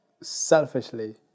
selfishly